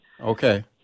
Okay